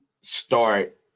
start